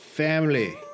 family